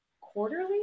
quarterly